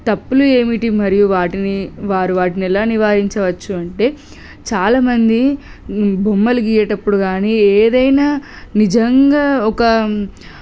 తప్పులు ఏమిటి మరియు వాటిని వారు వాటిని ఎలా నివారించవచ్చు అంటే చాలామంది బొమ్మలు గీసేటప్పుడు కానీ ఏదైనా నిజంగా ఒక